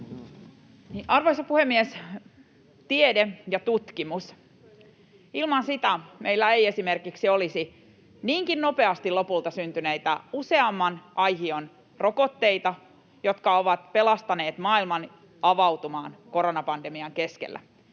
Arvoisa puhemies! Tiede ja tutkimus — ilman niitä meillä ei esimerkiksi olisi niinkin nopeasti lopulta syntyneitä useamman aihion rokotteita, jotka ovat pelastaneet maailman avautumaan koronapandemian keskellä.